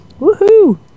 woohoo